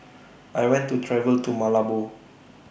I want to travel to Malabo